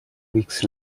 weeks